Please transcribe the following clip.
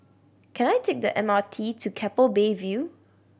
can I take the M R T to Keppel Bay View